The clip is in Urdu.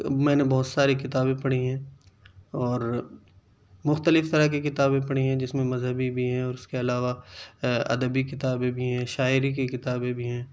میں نے بہت ساری کتابیں پڑھی ہیں اور مختلف طرح کی کتابیں پڑھی ہیں جس میں مذہبی بھی ہیں اور اس کے علاوہ ادبی کتابیں بھی ہیں شاعری کی کتابیں بھی ہیں